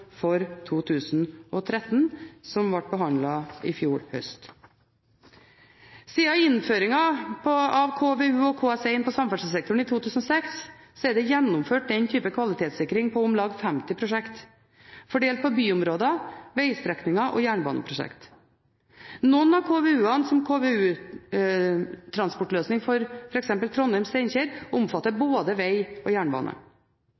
for 2013, som ble behandlet i fjor høst. Siden innføringen av KVU og KS1 på samferdselssektoren i 2006, er det gjennomført den type kvalitetssikring på om lag 50 prosjekt fordelt på byområder, vegstrekninger og jernbaneprosjekt. Noen av KVU-ene, som KVU for transportløsning for f.eks. Trondheim–Steinkjer, omfatter både veg og jernbane.